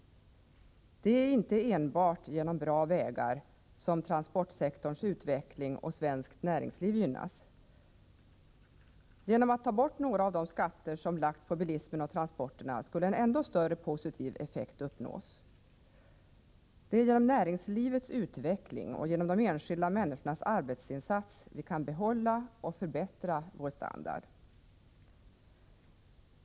Det är inte enbart genom bra vägar som transportsektorns utveckling och svenskt näringsliv gynnas. Genom att ta bort några av de skatter som lagts på bilismen och transporterna skulle man uppnå en ännu större positiv effekt. Det är genom näringslivets utveckling och genom de enskilda människornas arbetsinsats vi kan behålla och förbättra vår standard.